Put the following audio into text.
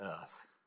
earth